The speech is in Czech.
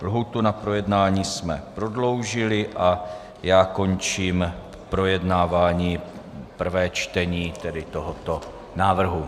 Lhůtu na projednání jsme prodloužili a já končím projednávání prvé čtení tedy tohoto návrhu.